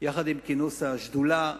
יחד עם כינוס השדולה היום,